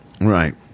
Right